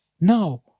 Now